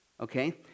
okay